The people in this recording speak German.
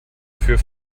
für